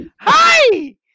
Hi